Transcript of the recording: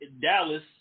Dallas